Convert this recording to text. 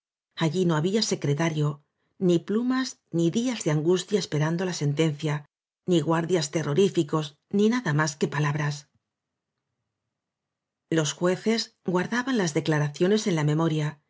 allí nó había secretario ni plumas ni días de angustia esperando la sentencia ni guardias terroríficos ni nada más que palabras los jueces guardaban las declaraciones en la memoria